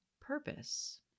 purpose